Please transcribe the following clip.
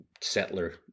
settler